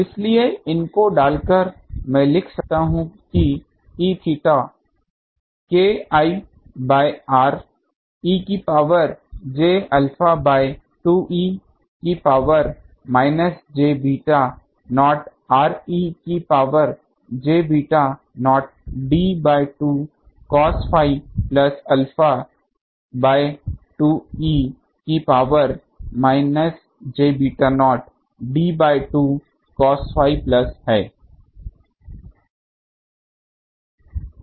इसलिए इनको डालकर मैं लिख सकता हूं कि Eθ K I bye r e की power j alpha bye 2 e की power minus j beta not r e की power j beta not d bye 2 cos phi plus alpha bye 2 e की power minus j beta not d bye 2 cos phi plus है